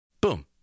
Boom